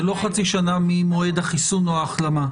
זה לא חצי שנה ממועד החיסון או החלמה.